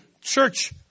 church